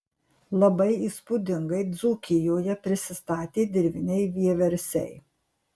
labai įspūdingai dzūkijoje prisistatė dirviniai vieversiai